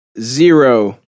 zero